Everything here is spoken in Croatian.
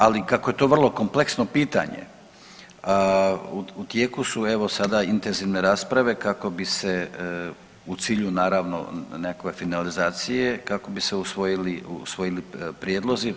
Ali kako je to vrlo kompleksno pitanje u tijeku su evo sada intenzivne rasprave kako bi se u cilju naravno nekakve finalizacije kako bi se usvojili prijedlozi.